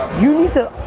you need to,